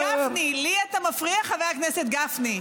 חבר הכנסת גפני, לי אתה מפריע, חבר הכנסת גפני?